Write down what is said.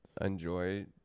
enjoy